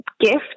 gift